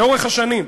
לאורך השנים,